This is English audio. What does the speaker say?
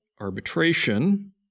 arbitration